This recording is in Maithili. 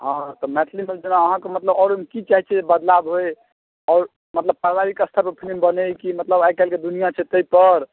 हँ तऽ मैथिलीसब जेना अहाँके मतलब आओर ओहिमे कि चाहै छिए जे बदलाव होइ आओर मतलब पारिवारिक स्तरपर फिलिम बनै कि मतलब आइकाल्हिके दुनिआ छै ताहिपर